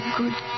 good